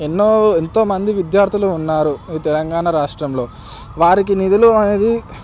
ఎన్నో ఎంతోమంది విద్యార్థులు ఉన్నారు ఈ తెలంగాణ రాష్ట్రంలో వారికి నిధులు అనేది